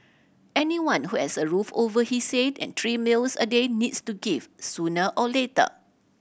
anyone who has a roof over his and three meals a day needs to give sooner or later